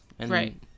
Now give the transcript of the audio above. Right